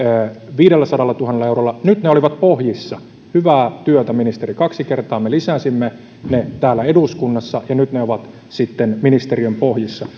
viidelläsadallatuhannella eurolla nyt ne olivat pohjissa hyvää työtä ministeri kaksi kertaa me lisäsimme ne täällä eduskunnassa ja nyt ne ovat sitten ministeriön pohjissa